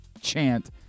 chant